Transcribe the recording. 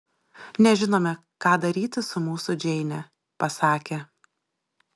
nežinome ką daryti su mūsų džeine pasakė